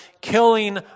killing